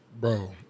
Bro